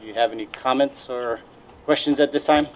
you have any comments or questions at this time